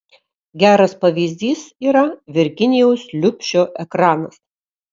geras pavyzdys yra virginijaus liubšio ekranas